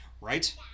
Right